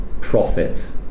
profit